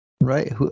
Right